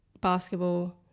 basketball